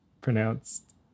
pronounced